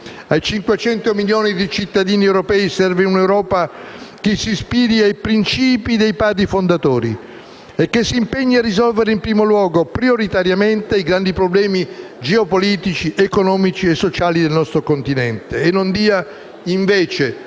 Ai 500 milioni di cittadini europei serve un'Europa che si ispiri ai principi dei Padri fondatori e che si impegni a risolvere in primo luogo, prioritariamente, i grandi problemi geopolitici, economici e sociali del nostro continente e non dia, invece,